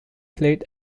played